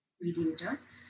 mediators